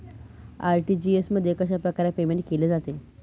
RTGS मध्ये कशाप्रकारे payment केले जाते?